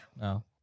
no